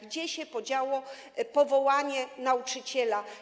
Gdzie się podziało powołanie nauczyciela?